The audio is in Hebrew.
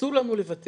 אסור לנו לוותר